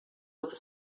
over